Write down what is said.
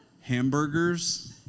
Hamburgers